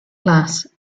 class